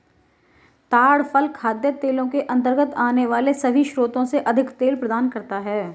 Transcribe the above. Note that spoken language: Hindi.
ताड़ फल खाद्य तेलों के अंतर्गत आने वाले सभी स्रोतों से अधिक तेल प्रदान करता है